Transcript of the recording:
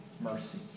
mercy